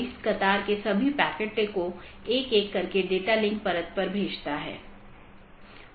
इसलिए मैं AS के भीतर अलग अलग तरह की चीजें रख सकता हूं जिसे हम AS का एक कॉन्फ़िगरेशन कहते हैं